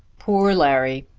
poor larry!